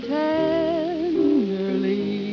tenderly